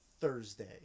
Thursday